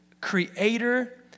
creator